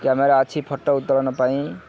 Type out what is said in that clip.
camera ଅଛି photo ଉତ୍ତୋଳନ ପାଇଁ